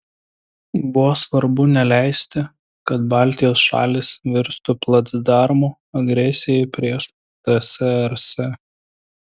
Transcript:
buvo svarbu neleisti kad baltijos šalys virstų placdarmu agresijai prieš tsrs